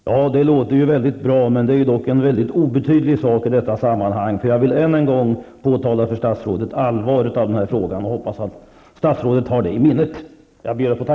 Herr talman! Det låter väldigt bra, men det är dock en mycket obetydlig sak i detta sammanhang. Jag vill än en gång påpeka för statsrådet hur allvarlig denna fråga är. Jag hoppas att statsrådet har detta i minnet.